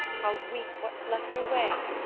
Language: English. i'll weep what's left away,